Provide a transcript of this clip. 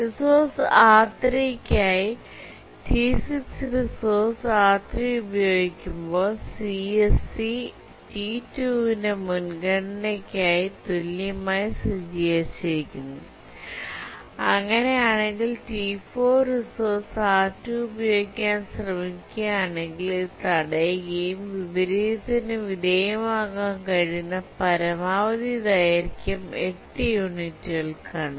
resource R3 നായി T6 resource R3 ഉപയോഗിക്കുമ്പോൾ CSC T2 ന്റെ മുൻഗണനയ്ക്ക് തുല്യമായി സജ്ജീകരിച്ചിരിക്കുന്നു അങ്ങനെയാണെങ്കിൽ T4 റിസോഴ്സ് R2 ഉപയോഗിക്കാൻ ശ്രമിക്കുകയാണെങ്കിൽ ഇത് തടയുകയും വിപരീതത്തിന് വിധേയമാകാൻ കഴിയുന്ന പരമാവധി ദൈർഘ്യം 8 യൂണിറ്റുകൾക്കാണ്